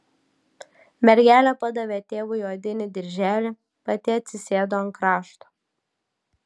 mergelė padavė tėvui odinį dirželį pati atsisėdo ant krašto